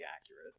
accurate